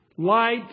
Light